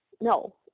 no